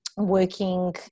Working